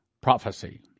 Prophecy